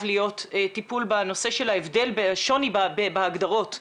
להיות טיפול בנושא של השוני בהגדרות,